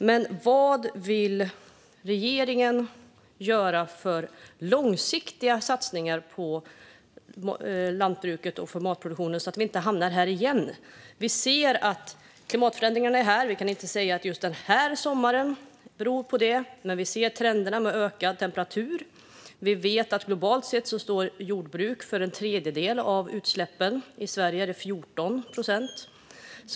Men vilka långsiktiga satsningar på lantbruket och matproduktionen vill regeringen göra för att vi inte ska hamna här igen? Klimatförändringarna är här. Vi kan inte säga att just den här sommaren beror på dem, men vi ser trenden med stigande temperatur. Vi vet att jordbruk globalt sett står för en tredjedel av utsläppen - i Sverige är det 14 procent.